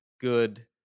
good